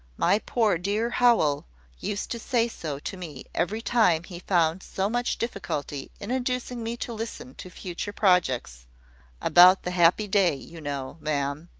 my poor dear howell used to say so to me, every time he found so much difficulty in inducing me to listen to future projects about the happy day, you know, ma'am.